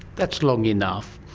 that's long enough.